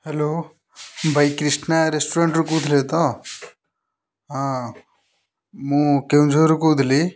hello ଭାଇ କ୍ରିଷ୍ଣା ରେଷ୍ଟରୁ୍ରାଣ୍ଟରୁ କହୁଥିଲେ ତ ହଁ ମୁଁ କେଉଁଝରରୁ କହୁଥିଲି